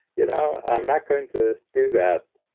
you know, i'm not going to do that.